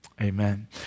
Amen